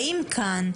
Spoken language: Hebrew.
האם כאן,